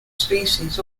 species